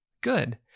Good